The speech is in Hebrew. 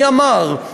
מי אמר?